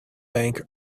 bank